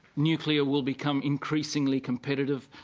nuclear will become increasingly competitive,